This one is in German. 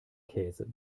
käse